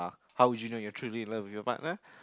how would you know you're truly in love with your partner